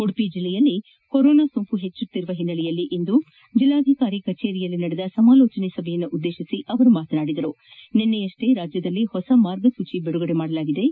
ಉಡುಪಿ ಜಿಲ್ಲೆಯಲ್ಲಿ ಕೊರೊನಾ ಸೋಂಕು ಹೆಚ್ಚುತ್ತಿರುವ ಹಿನ್ನೆಲೆಯಲ್ಲಿಂದು ಜಿಲ್ಲಾಧಿಕಾರಿ ಕಚೇರಿಯಲ್ಲಿ ನಡೆದ ಸಮಾಲೋಚನಾ ಸಭೆಯನ್ನುದ್ದೇತಿಸಿ ಅವರು ಮಾತನಾಡಿದರು ನಿನ್ನೆಯಪ್ಸೇ ರಾಜ್ಯದಲ್ಲಿ ಹೊಸ ಮಾರ್ಗಸೂಚಿ ಬಿಡುಗಡೆ ಮಾಡಿದ್ಲು